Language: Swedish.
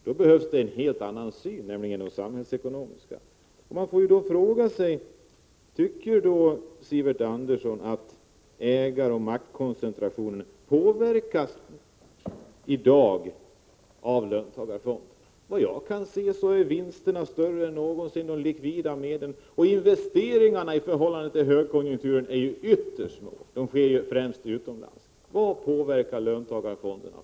Då behövs en helt annan samhällsekonomisk syn. Tycker Sivert Andersson att ägaroch maktkoncentrationen i dag påverkas av löntagarfonderna? Såvitt jag kan se är vinsterna och de likvida medlen större än någonsin, och investeringarna är ytterst små med tanke på högkonjukturen. Investeringarna sker främst utomlands. På vilket sätt påverkar löntagarfonderna?